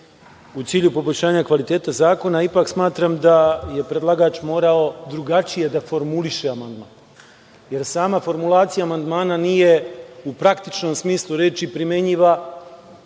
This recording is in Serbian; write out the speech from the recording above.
u cilju poboljšanja kvaliteta zakona, ipak smatram da je predlagač morao drugačije da formuliše amandman, jer sama formulacija amandmana nije u praktičnom smislu reči primenjiva